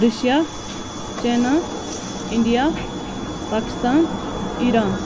Russia China India Pakistan Iran